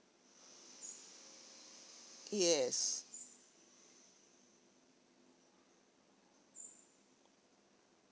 yes